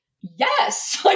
yes